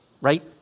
right